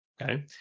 Okay